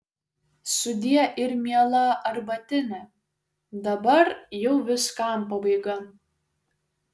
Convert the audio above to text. sudie ir miela arbatine dabar jau viskam pabaiga